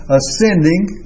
ascending